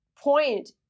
point